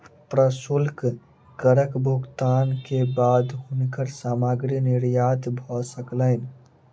प्रशुल्क करक भुगतान के बाद हुनकर सामग्री निर्यात भ सकलैन